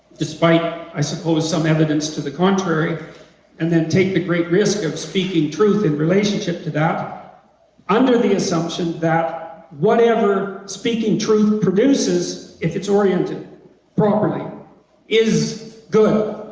despite, i suppose, some evidence to the contrary and then take the great risk of speaking truth in relationship to that under the assumption that whatever speaking truth produces if it's oriented properly is good